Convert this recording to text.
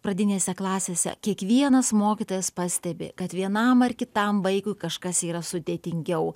pradinėse klasėse kiekvienas mokytojas pastebi kad vienam ar kitam vaikui kažkas yra sudėtingiau